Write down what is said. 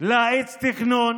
להאיץ תכנון